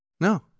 No